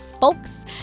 Folks